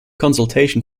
consultation